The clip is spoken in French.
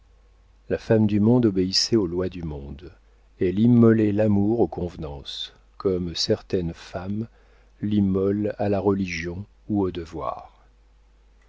la femme du monde obéissait aux lois du monde elle immolait l'amour aux convenances comme certaines femmes l'immolent à la religion ou au devoir